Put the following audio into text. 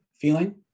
feeling